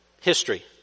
history